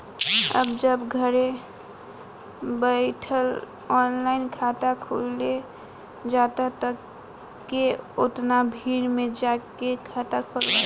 अब जब घरे बइठल ऑनलाइन खाता खुलिये जाता त के ओतना भीड़ में जाके खाता खोलवाइ